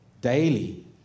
daily